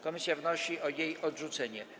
Komisja wnosi o jej odrzucenie.